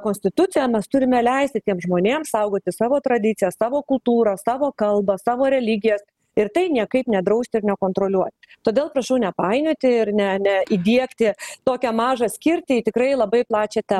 konstituciją mes turime leisti tiems žmonėms saugoti savo tradicijas savo kultūrą savo kalbą savo religijas ir tai niekaip nedrausti ir nekontroliuoti todėl prašau nepainioti ir ne ne įdiegti tokią mažą skirtį į tikrai labai plačią temą